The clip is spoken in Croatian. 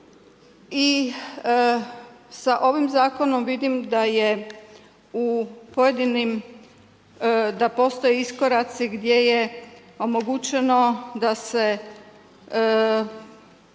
i sa ovim zakonom, vidim da je u pojedinim da postoje iskoraci, gdje je omogućeno da se